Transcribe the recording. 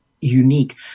unique